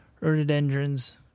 rhododendrons